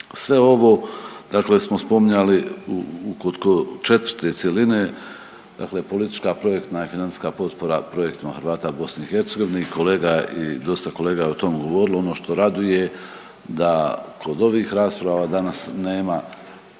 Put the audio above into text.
Sve ovo dakle smo spominjali kod 4. cjeline, dakle politička, projektna i financijska potpora projektima Hrvata u BiH, kolega i dosta kolega o tome je govorio, ono što raduje, da kod ovih rasprava danas nema